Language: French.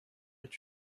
est